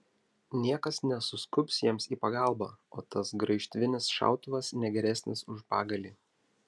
niekas nesuskubs jiems į pagalbą o tas graižtvinis šautuvas ne geresnis už pagalį